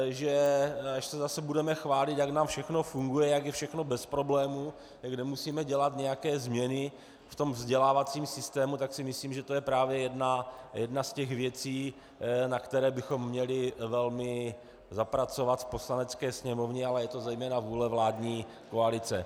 Až se zase budeme chválit, jak nám všechno funguje, jak je všechno bez problémů a kde musíme dělat nějaké změny ve vzdělávacím systému, tak si myslím, že to je právě jedna z věcí, na které bychom měli velmi zapracovat v Poslanecké sněmovně, ale je to zejména vůle vládní koalice.